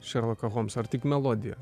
šerloką holmsą ar tik melodiją